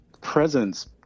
presence